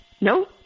no